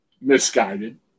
misguided